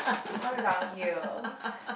what about you